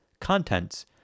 contents